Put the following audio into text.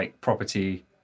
property